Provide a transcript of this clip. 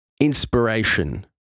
inspiration